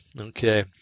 Okay